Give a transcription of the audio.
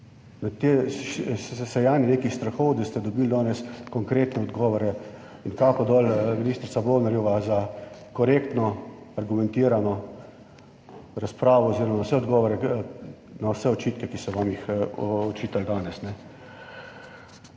na te zasejani nekih strahov, da ste dobili danes konkretne odgovore in kapo dol, ministrica Bobnarjeva, za korektno, argumentirano razpravo oziroma vse odgovore na vse očitke, ki so vam jih očitali danes.